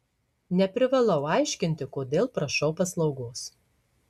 neprivalau aiškinti kodėl prašau paslaugos